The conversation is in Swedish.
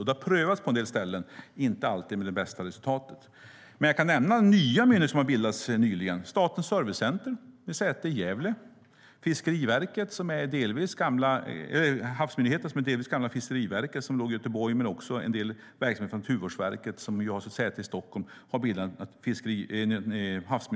Det har prövats på en del ställen, inte alltid med bästa resultat. Jag kan nämna myndigheter som har bildats nyligen: Statens servicecenter med säte i Gävle, Havs och vattenmyndigheten i Göteborg, som delvis är gamla Fiskeriverket, som låg i Göteborg, men också består av en del verksamhet från Naturvårdsverket, som har sitt säte i Stockholm.